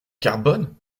carbone